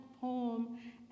poem